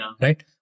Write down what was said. right